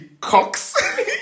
cocks